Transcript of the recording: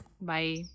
bye